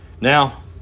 Now